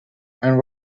and